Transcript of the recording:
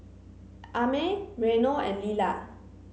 Amey Reino and Lilah